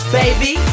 baby